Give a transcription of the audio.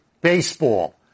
baseball